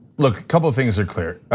look, a couple of things are clear.